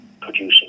producing